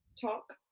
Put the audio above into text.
talk